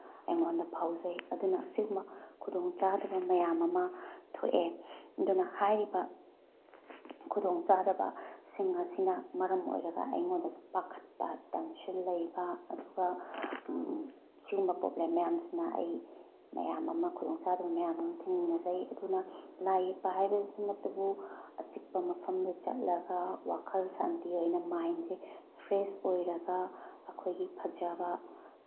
ꯑꯩꯉꯣꯟꯗ ꯐꯥꯎꯖꯩ ꯑꯗꯨꯅ ꯑꯁꯤꯒꯨꯝꯕ ꯈꯨꯗꯣꯡꯆꯥꯗꯕ ꯃꯌꯥꯝ ꯑꯃ ꯊꯣꯛꯑꯦ ꯑꯗꯨꯅ ꯍꯥꯏꯔꯤꯕ ꯈꯨꯗꯣꯡꯆꯥꯗꯕꯁꯤꯡ ꯑꯁꯤꯅ ꯃꯔꯝ ꯑꯣꯏꯔꯒ ꯑꯩꯉꯣꯟꯗꯁꯨ ꯄꯥꯈꯠꯄ ꯇꯦꯟꯁꯟ ꯂꯩꯕ ꯑꯗꯨꯒ ꯁꯤꯒꯨꯝꯕ ꯄ꯭ꯔꯣꯕ꯭ꯂꯦꯝ ꯃꯌꯥꯝꯁꯤꯅ ꯑꯩ ꯃꯌꯥꯝ ꯑꯃ ꯈꯨꯗꯣꯡꯆꯥꯗꯕ ꯃꯌꯥꯝ ꯑꯃ ꯊꯦꯡꯅꯖꯩ ꯑꯗꯨꯅ ꯂꯥꯏ ꯌꯦꯛꯄ ꯍꯥꯏꯕꯁꯤꯃꯛꯇꯕꯨ ꯑꯆꯤꯛꯄ ꯃꯐꯝꯗ ꯆꯠꯂꯒ ꯋꯥꯈꯜ ꯁꯥꯟꯇꯤ ꯑꯣꯏꯅ ꯃꯥꯏꯟꯁꯦ ꯐ꯭ꯔꯦꯁ ꯑꯣꯏꯔꯒ ꯑꯩꯈꯣꯏꯒꯤ ꯐꯖꯕ